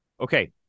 Okay